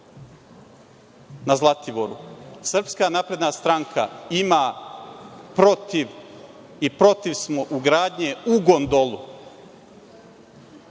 na Zlatiboru. Srpska napredna stranka ima protiv i protiv smo ugradnje u gondolu.